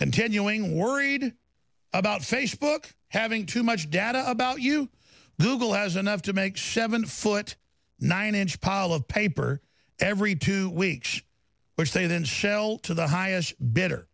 continuing worried about facebook having too much data about you google has enough to make chevon foot nine inch pile of paper every two weeks which they then shell to the highest bi